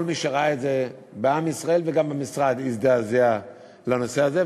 כל מי שראה את זה בעם ישראל וגם במשרד הזדעזע מהנושא הזה,